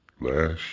last